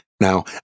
Now